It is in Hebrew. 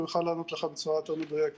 הוא יוכל לענות לך בצורה יותר מדויקת.